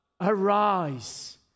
arise